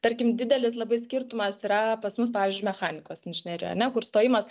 tarkim didelis labai skirtumas yra pas mus pavyzdžiui mechanikos inžinerija ane kur stojimas